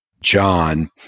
John